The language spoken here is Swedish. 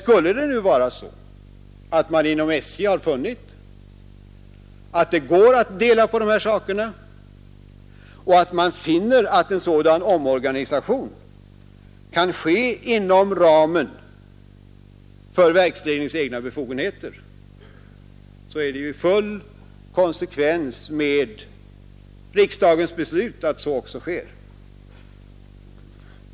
Skulle det nu vara så att man inom SJ funnit att det går att dela på de här sakerna och att en rationalisering av maskinoch förrådstjänsten kan ske inom ramen för verksledningens egna befogenheter är det i full konsekvens med riksdagens beslut att så sker.